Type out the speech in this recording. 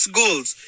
goals